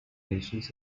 asians